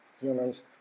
humans